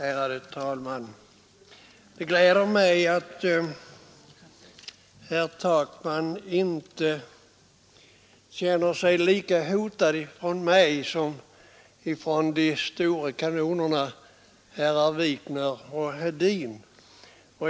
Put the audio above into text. Fru talman! Det gläder mig att herr Takman inte känner sig lika hotad av mig som av de stora kanonerna, herrar Wikner och Hedin.